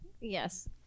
Yes